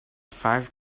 five